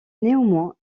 néanmoins